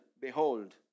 Behold